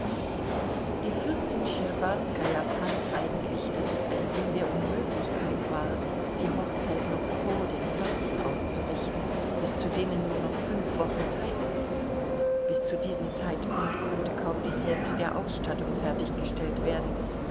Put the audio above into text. die fürstin schtscherbazkaja fand eigentlich daß es ein ding der unmöglichkeit war die hochzeit noch vor den fasten auszurichten bis zu denen nur noch fünf wochen zeit blieb bis zu diesem zeitpunkt konnte kaum die hälfte der ausstattung fertiggestellt werden